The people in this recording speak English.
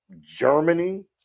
Germany